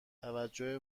توجه